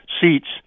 seats